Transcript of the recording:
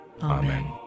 Amen